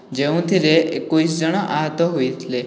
ଯେଉଁଥିରେ ଏକୋଇଶି ଜଣ ଆହତ ହୋଇଥିଲେ